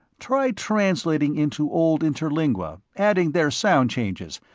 try translating into old interlingua, adding their sound changes,